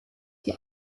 die